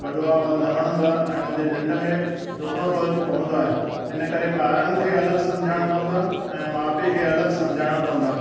वॾो आवाज़ु न वणंदो आहे ऐं उन्हनि जे निंड में रुखणो पवे पवंदो आहे इन करे ॿारनि खे अलॻि सम्झाइणो पवंदो आहे ऐं माउ पीउ खे अलॻि सम्झाइणो पवंदो आहे